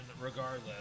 regardless